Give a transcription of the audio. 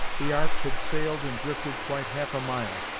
the ark had sailed and drifted quite half a mile,